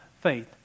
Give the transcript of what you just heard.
faith